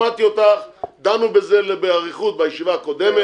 שמעתי אותך, דנו בזה באריכות בישיבה הקודמת.